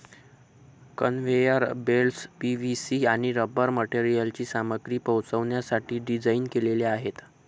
conveyor belts PVC आणि rubber मटेरियलची सामग्री पोहोचवण्यासाठी डिझाइन केलेले आहेत